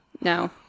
no